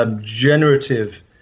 Generative